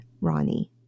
Ronnie